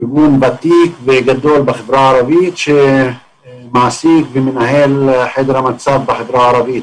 ארגון ותיק וגדול בחברה הערבית שמעסיק ומנהל חדר מצב בחברה ערבית